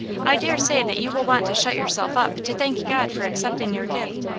i daresay that you will want to shut yourself up to tliank god for accepting your gift,